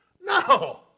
No